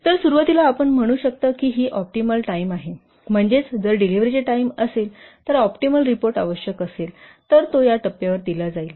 तर सुरुवातीला आपण म्हणू शकता की ही ऑप्टिमल टाइम आहे म्हणजेच जर डिलिव्हरीची टाइम असेल तर ऑप्टिमल रिपोर्ट आवश्यक असेल तर तो या टप्प्यावर दिला जाईल